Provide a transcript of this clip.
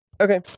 Okay